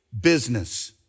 business